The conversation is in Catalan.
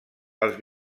els